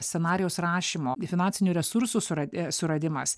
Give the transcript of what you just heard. scenarijaus rašymo i finansinių resursų suradim suradimas